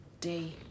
day